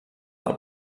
del